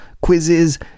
quizzes